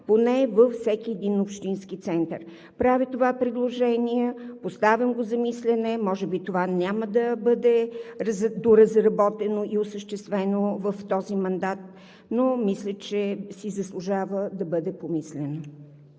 поне във всеки един общински център. Правя това предложение, поставям го за мислене. Може би това няма да бъде доразработено и осъществено в този мандат, но мисля, че си заслужава да бъде помислено.